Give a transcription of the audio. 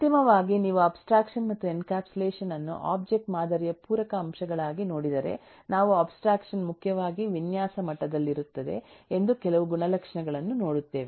ಅಂತಿಮವಾಗಿ ನೀವು ಅಬ್ಸ್ಟ್ರಾಕ್ಷನ್ ಮತ್ತು ಎನ್ಕ್ಯಾಪ್ಸುಲೇಷನ್ ಅನ್ನು ಒಬ್ಜೆಕ್ಟ್ ಮಾದರಿಯ ಪೂರಕ ಅಂಶಗಳಾಗಿ ನೋಡಿದರೆ ನಾವು ಅಬ್ಸ್ಟ್ರಾಕ್ಷನ್ ಮುಖ್ಯವಾಗಿ ವಿನ್ಯಾಸ ಮಟ್ಟದಲ್ಲಿರುತ್ತದೆ ಎಂದು ಕೆಲವು ಗುಣಲಕ್ಷಣಗಳನ್ನು ನೋಡುತ್ತೇವೆ